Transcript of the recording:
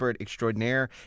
extraordinaire